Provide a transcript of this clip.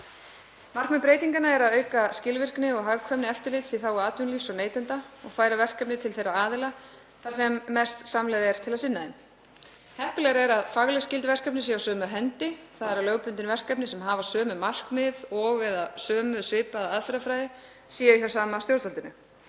Markmið breytinganna er að auka skilvirkni og hagkvæmni eftirlits í þágu atvinnulífs og neytenda og færa verkefni til þeirra aðila þar sem er mest samlegð til að sinna þeim. Heppilegra er að fagleg skylduverkefni séu á sömu hendi, þ.e. að lögbundin verkefni sem hafa sömu markmið og/eða sömu eða svipaða aðferðafræði séu hjá sama stjórnvaldinu.